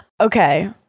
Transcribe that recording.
okay